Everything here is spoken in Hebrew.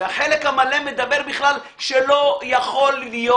והחלק המלא מדבר בכלל שלא יכול להיות